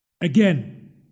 Again